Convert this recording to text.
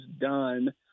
done